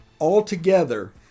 Altogether